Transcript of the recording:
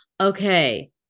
Okay